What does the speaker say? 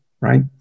right